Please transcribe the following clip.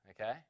okay